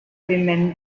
women